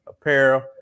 apparel